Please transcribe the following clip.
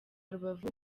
rubavu